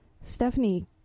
Stephanie